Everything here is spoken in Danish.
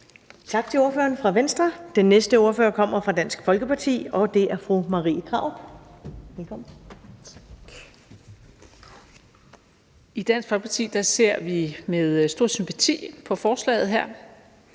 Tak til ordføreren fra Venstre. Den næste ordfører kommer fra Dansk Folkeparti, og det er fru Marie Krarup. Velkommen. Kl. 19:29 (Ordfører) Marie Krarup (DF): Tak. I Dansk Folkeparti ser vi med stor sympati på forslaget her.